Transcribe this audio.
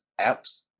apps